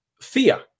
Fear